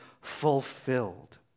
fulfilled